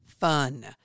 fun